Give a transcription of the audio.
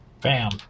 Bam